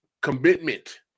commitment